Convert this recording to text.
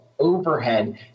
overhead